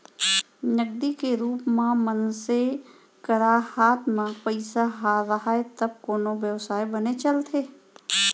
नगदी के रुप म मनसे करा हात म पइसा राहय तब कोनो बेवसाय बने चलथे